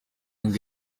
itatu